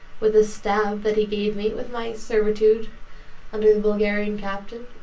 with the stab that he gave me, with my servitude under the bulgarian captain,